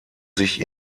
sich